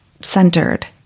centered